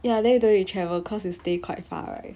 ya then you don't need to travel cause you stay quite far right